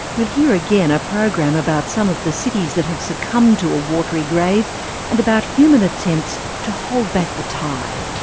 we'll hear again a program about some of the cities that have succumbed to a watery grave and about human attempts to hold back the tide.